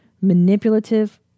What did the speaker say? manipulative